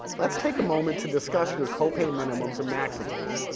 let's take a moment to discuss your copay minimums and maximums.